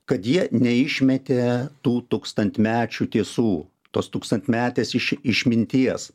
kad jie neišmetė tų tūkstantmečių tiesų tos tūkstantmetės iš išminties